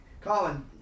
Colin